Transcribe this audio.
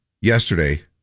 yesterday